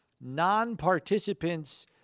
Non-participants